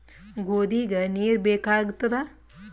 ಗೋಧಿಗ ನೀರ್ ಬೇಕಾಗತದ?